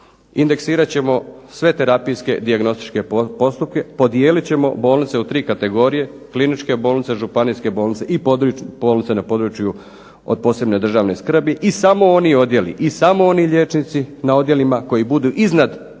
Indeksirat ćemo sve terapijske dijagnostičke postupke. Podijelit ćemo bolnice u tri kategorije – kliničke bolnice, županijske bolnice i bolnice na području od posebne državne skrbi. I samo odjeli i samo oni liječnici na odjelima koji budu iznad državnog